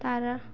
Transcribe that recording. তারা